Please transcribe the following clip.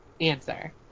answer